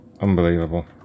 Unbelievable